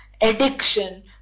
addiction